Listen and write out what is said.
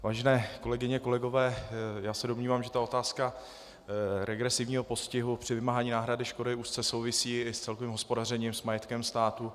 Vážené kolegyně, kolegové, já se domnívám, že otázka regresivního postihu při vymáhání náhrady škody úzce souvisí i s celkovým hospodařením s majetkem státu.